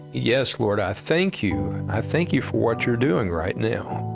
yes, lord, i thank you. i thank you for what you're doing right now.